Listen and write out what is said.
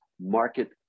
market